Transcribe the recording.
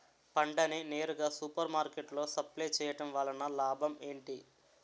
పంట ని నేరుగా సూపర్ మార్కెట్ లో సప్లై చేయటం వలన లాభం ఏంటి?